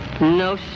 No